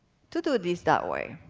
to do this that way.